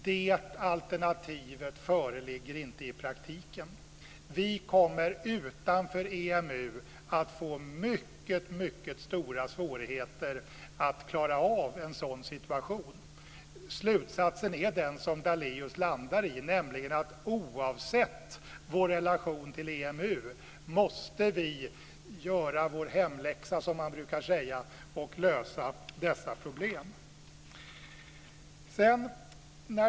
Det alternativet föreligger inte i praktiken. Utanför EMU kommer vi att få mycket stora svårigheter att klara av en sådan situation. Slutsen är den som Daléus landar på, nämligen att oavsett vår relation till EMU måste vi göra vår hemläxa och lösa dessa problem.